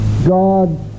God